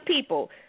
people